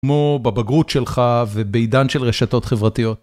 כמו בבגרות שלך ובעידן של רשתות חברתיות.